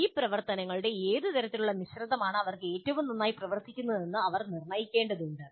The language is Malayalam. ഈ പ്രവർത്തനങ്ങളുടെ ഏത് തരത്തിലുള്ള മിശ്രിതമാണ് അവർക്ക് ഏറ്റവും നന്നായി പ്രവർത്തിക്കുന്നത് എന്ന് അവർ നിർണ്ണയിക്കേണ്ടതുണ്ട്